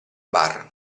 bar